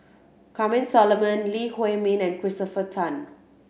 Solomon Lee Huei Min and Christopher Tan